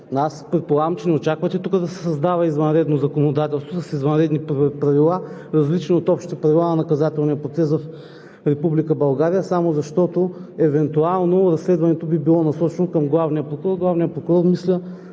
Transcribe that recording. Предполагам, че не очаквате тук да се създава извънредно законодателство, с извънредни правила, различни от общите правила на наказателния процес в Република България, само защото евентуално разследването би било насочено към